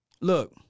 Look